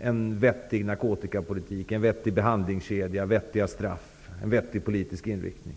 en vettig narkotikapolitik, vettiga behandlingskedjor, vettiga straff och en vettig politisk inriktning.